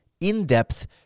in-depth